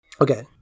Okay